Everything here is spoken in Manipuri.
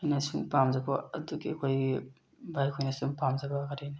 ꯑꯩꯅ ꯁꯨꯝ ꯄꯥꯝꯖꯕ ꯑꯗꯨꯒꯤ ꯑꯩꯈꯣꯏꯒꯤ ꯚꯥꯏ ꯈꯣꯏꯅꯁꯨ ꯄꯥꯝꯖꯕ ꯋꯥꯔꯤꯅꯤ